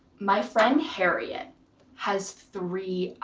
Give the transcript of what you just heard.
my friend, harriette, has three